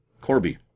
Corby